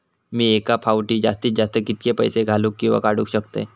मी एका फाउटी जास्तीत जास्त कितके पैसे घालूक किवा काडूक शकतय?